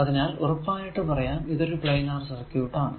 അതിനാൽ ഉറപ്പായിട്ടും പറയാം ഇതൊരുപ്ലാനാർ സർക്യൂട് ആണ്